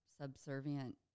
subservient